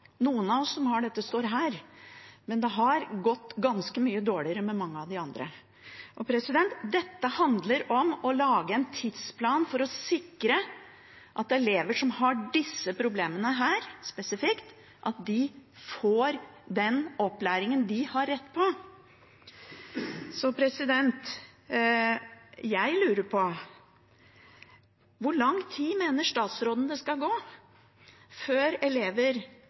av dem som har dette, står her, men det har gått ganske mye dårligere med mange av de andre. Dette handler om å lage en tidsplan for å sikre at elever som har disse problemene, spesifikt, får den opplæringen de har rett på. Så jeg lurer på: Hvor lang tid mener statsråden det skal gå før elever